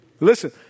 Listen